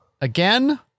again